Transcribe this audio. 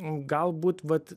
galbūt vat